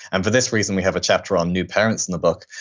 and for this reason, we have a chapter on new parents in the book.